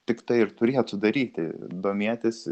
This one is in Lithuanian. tik tai ir turėtų daryti domėtis